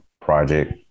project